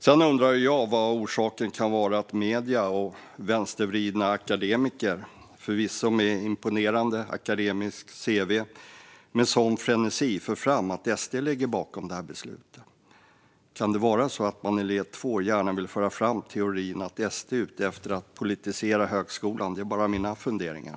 Sedan undrar jag vad skälet kan vara till att medier och vänstervridna akademiker, förvisso med imponerande akademiskt cv, med sådan frenesi för fram att SD ligger bakom det här beslutet. Kan det vara så att man i led två gärna vill föra fram teorin att SD är ute efter att politisera högskolan? Det är bara mina funderingar.